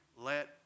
let